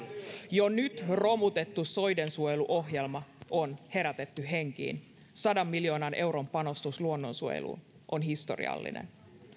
jo nyt romutettu soidensuojeluohjelma on herätetty henkiin sadan miljoonan euron panostus luonnonsuojeluun on historiallinen